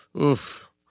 oof